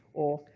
or,